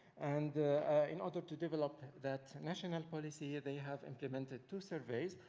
and in order to develop that national policy, ah they have implemented two surveys.